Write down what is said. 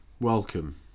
Welcome